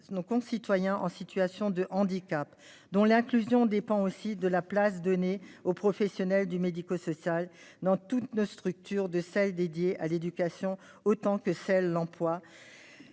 nos concitoyens en situation de handicap, dont l'inclusion dépend aussi de la place donnée aux professionnels du médico-social dans toutes nos structures, qu'il s'agisse d'éducation ou d'emploi.